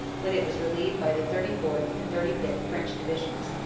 when it was relieved by the thirty fourth. and thirty fifth. french divisions,